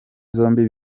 zombi